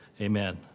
Amen